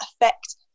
affect